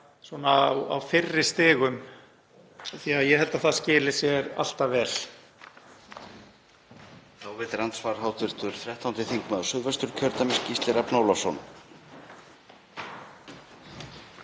umræðuna á fyrri stigum því að ég held að það skili sér alltaf vel.